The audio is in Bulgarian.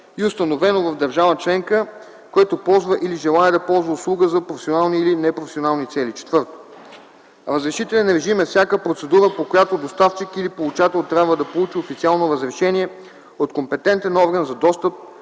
и установено в държава членка, което ползва или желае да ползва услуга на професионални или непрофесионални цели. 4. „Разрешителен режим” е всяка процедура, по която доставчик или получател трябва да получи официално разрешение от компетентен орган за достъп